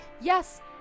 Yes